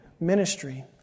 ministry